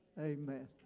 Amen